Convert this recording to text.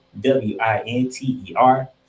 W-I-N-T-E-R